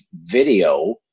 video